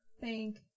thank